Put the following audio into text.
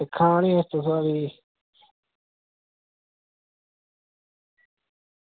दिक्खा नी ओह् तुसें बी